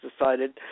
decided